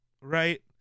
Right